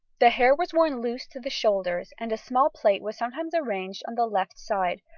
the hair was worn loose to the shoulders, and a small plait was sometimes arranged on the left side,